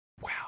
Wow